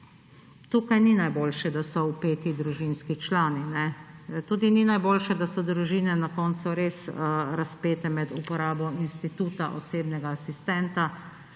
tukaj ni najboljše, da so vpeti družinski člani. Tudi ni najboljše, da so družine na koncu res razpete med uporabo instituta osebnega asistenta